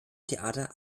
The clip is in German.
theater